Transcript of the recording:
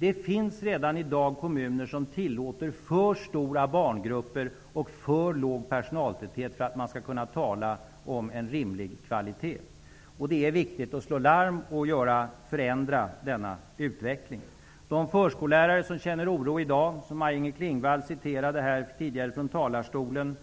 Det finns redan i dag kommuner som tillåter för stora barngrupper och för låg personaltäthet för att man skulle kunna tala om en rimlig kvalitet. Det är viktigt att slå larm och att förändra denna utveckling. De förskollärare som känner oro i dag och som Maj-Inger Klingvall tidigare från denna talarstol